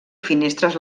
finestres